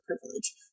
privilege